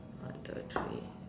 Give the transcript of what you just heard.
one two three